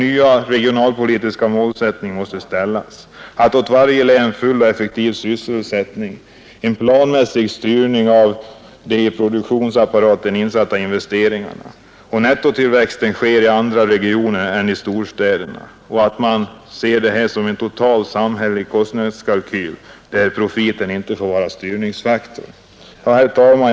Nya regionalpolitiska målsättningar måste uppställas: Full och effektiv sysselsättning åt varje län och planmässig styrning av de i produktionsapparaten insatta investeringarna så att nettotillväxten sker i andra regioner än i storstäderna. Detta skall ses som en total samhällelig kostnadskalkyl, där profiten inte får vara styrningsfaktor. Herr talman!